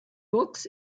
books